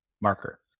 marker